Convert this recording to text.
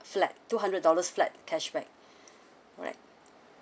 flat two hundred dollars flat cashback right